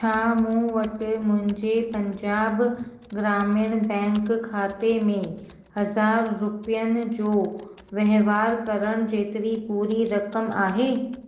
छा मूं वटि मुंहिंजे पंजाब ग्रामीण बैंक खाते में हज़ार रुपियनि जो वहिंवारु करण जेतिरी पूरी रक़म आहे